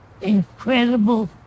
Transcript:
incredible